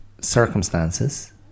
circumstances